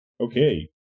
Okay